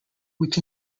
which